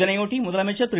இதையொட்டி முதலமைச்சர் திரு